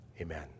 Amen